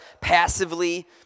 passively